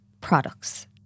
products